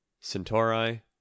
centauri